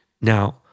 Now